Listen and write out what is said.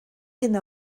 hyn